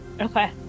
Okay